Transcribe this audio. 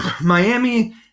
Miami